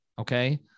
Okay